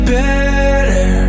better